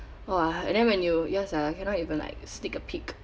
!wah! and then when you ya sia cannot even like sneak a peek